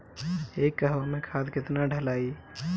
एक कहवा मे खाद केतना ढालाई?